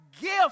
Gift